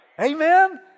Amen